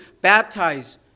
baptize